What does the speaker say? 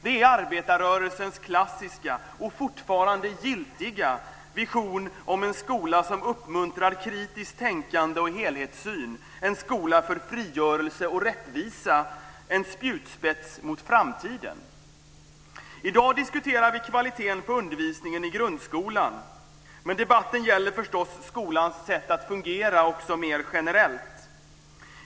Det är arbetarrörelsens klassiska, och fortfarande giltiga, vision om en skola som uppmuntrar kritiskt tänkande och helhetssyn och en skola för frigörelse och rättvisa: en spjutspets mot framtiden. I dag diskuterar vi kvaliteten på undervisningen i grundskolan, men debatten gäller förstås skolans sätt att fungera också mer generellt.